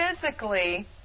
physically